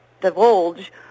divulge